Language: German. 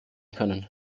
können